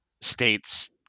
states